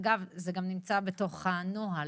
אגב, זה גם נמצא בתוך הנוהל,